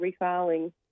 refiling